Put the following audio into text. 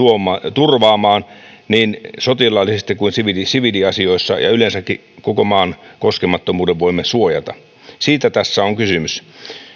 turvaamaan niin sotilaallisesti kuin siviiliasioissa ja yleensäkin suojaamaan koko maan koskemattomuuden siitä tässä on kysymys